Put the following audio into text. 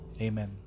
amen